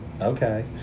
Okay